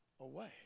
away